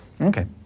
Okay